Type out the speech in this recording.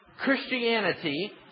Christianity